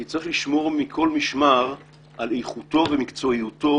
כי צריך לשמור מכל משמר על איכותו ומקצועיותו